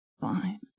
Fine